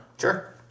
Sure